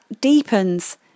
deepens